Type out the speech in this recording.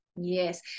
Yes